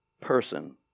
person